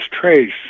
Trace